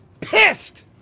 pissed